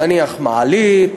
נניח מעלית,